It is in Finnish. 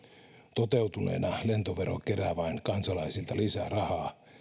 toteutuneena lentovero kerää vain lisää rahaa kansalaisilta